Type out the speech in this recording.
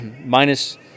minus